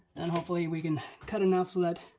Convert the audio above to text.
and hopefully we can cut enough so that